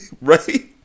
Right